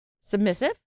Submissive